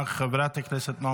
חבר הכנסת חילי טרופר, אינו נוכח.